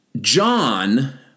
John